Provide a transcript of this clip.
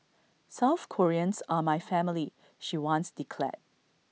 South Koreans are my family she once declared